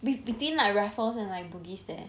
with between like raffles and like bugis there